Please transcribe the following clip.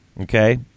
okay